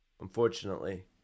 Unfortunately